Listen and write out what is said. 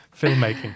filmmaking